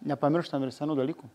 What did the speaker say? nepamirštam ir senų dalykų